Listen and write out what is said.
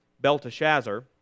Belteshazzar